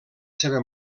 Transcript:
seva